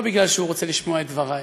לא בגלל שהוא רוצה לשמוע את דבריי,